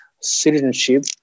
citizenship